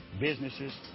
businesses